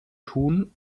tun